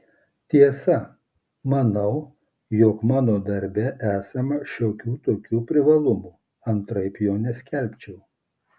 tiesa manau jog mano darbe esama šiokių tokių privalumų antraip jo neskelbčiau